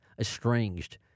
Estranged